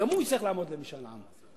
גם הוא יצטרך לעמוד למשאל עם,